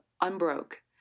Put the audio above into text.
Unbroke